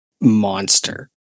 monster